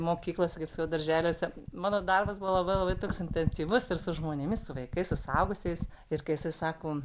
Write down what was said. mokyklose kaip sakau darželiuose mano darbas buvo labai labai toks intensyvus ir su žmonėmis su vaikais su suaugusiais ir kai jisai sako